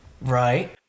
Right